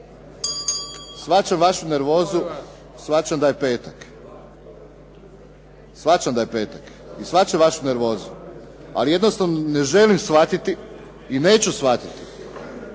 shvaćam vašu nervozu, shvaćam da je petak, shvaćam da je petak i shvaćam vašu nervozu, ali jednostavno ne želim shvatiti i neću shvatiti